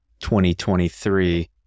2023